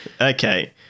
Okay